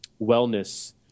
wellness